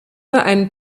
ein